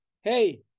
Hey